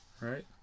right